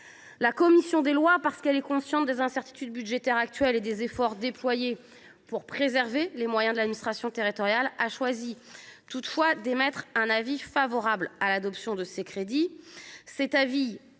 La commission des lois, parce qu’elle est consciente des incertitudes budgétaires actuelles et des efforts déployés pour préserver les moyens de l’administration territoriale, a choisi d’émettre un avis favorable sur l’adoption de ces crédits.